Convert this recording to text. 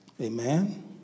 amen